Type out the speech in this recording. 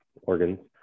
organs